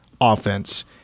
offense